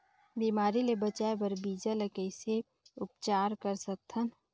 बिमारी ले बचाय बर बीजा ल कइसे उपचार कर सकत हन?